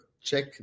check